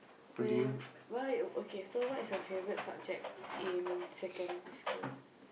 when what are your~ okay so what is your favourite subject in secondary school